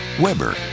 Weber